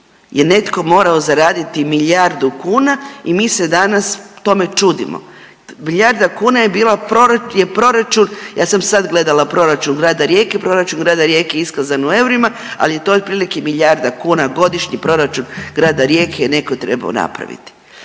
netko morao zaraditi milijardu kuna i mi se danas tome čudimo, milijarda kuna je bila prora…, je proračun, ja sam sad gledala proračun grada Rijeke, proračun grada Rijeke je iskazan u eurima, al je to otprilike milijarda kuna, godišnji proračun grada Rijeke je neko trebao napraviti.